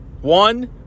One